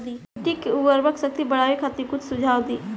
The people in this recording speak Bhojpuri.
मिट्टी के उर्वरा शक्ति बढ़ावे खातिर कुछ सुझाव दी?